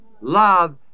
Love